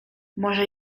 może